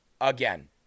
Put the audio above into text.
again